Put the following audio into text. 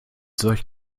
solch